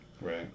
right